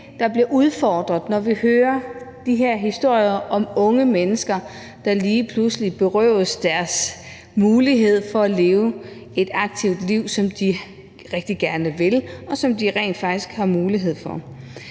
der bliver udfordret, når vi hører de her historier om unge mennesker, der lige pludselig berøves deres mulighed for at leve et aktivt liv, som de rigtig gerne vil, og som de rent faktisk har mulighed for.